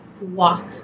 walk